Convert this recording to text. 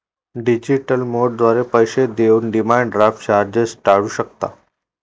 digital मोडद्वारे पैसे देऊन डिमांड ड्राफ्ट चार्जेस टाळू शकता